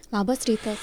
labas rytas